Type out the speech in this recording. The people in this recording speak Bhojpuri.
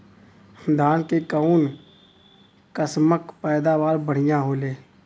धान क कऊन कसमक पैदावार बढ़िया होले?